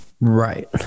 Right